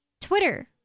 Twitter